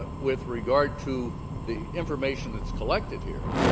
with regard to the information that's collected here,